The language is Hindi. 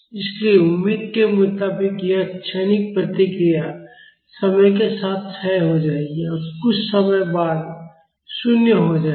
इसलिए उम्मीद के मुताबिक यह क्षणिक प्रतिक्रिया समय के साथ क्षय हो जाएगी और कुछ समय बाद शून्य हो जाएगी